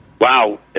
wow